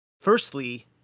Firstly